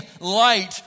light